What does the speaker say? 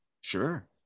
Sure